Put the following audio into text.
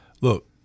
look